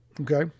Okay